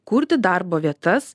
kurti darbo vietas